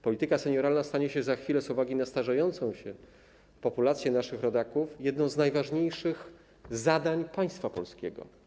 Polityka senioralna stanie się za chwilę, z uwagi na starzejącą się populację naszych rodaków, jednym z najważniejszych zadań państwa polskiego.